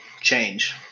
change